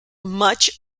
much